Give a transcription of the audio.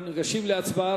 אנחנו ניגשים להצבעה.